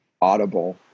audible